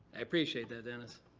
i appreciate that, dennis.